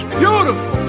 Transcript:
beautiful